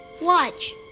watch